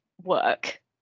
work